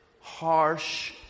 harsh